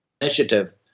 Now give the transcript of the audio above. initiative